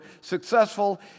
successful